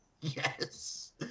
Yes